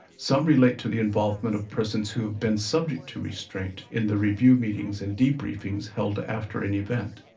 some relate to the involvement of persons who have been subject to restraint in the review meetings and debriefings held after an event.